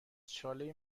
چاله